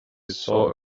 saw